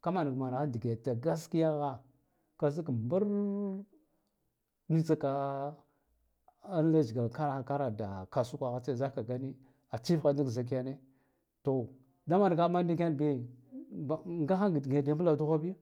kamarga manaha dage da gaskiya la kazak mbar tska leshgk kara ha kara da kasa kwahatse za kaga ni a tsif ha zik ndiken to daman gaha ba ndiken bi ngaha dige da mbladuha bi